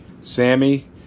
Sammy